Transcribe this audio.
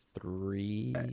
three